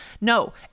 No